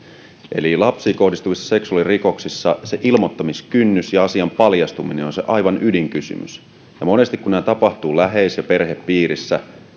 eli lapsiin kohdistuvissa seksuaalirikoksissa se ilmoittamiskynnys ja asian paljastuminen on se aivan ydinkysymys se kun monesti nämä tapahtuvat läheis ja perhepiirissä